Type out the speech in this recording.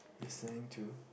listening to